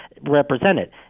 represented